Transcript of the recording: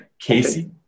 Casey